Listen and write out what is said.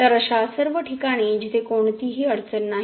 तर अशा सर्व ठिकाणी जिथे कोणतीही अडचण नाही